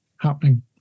happening